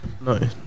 no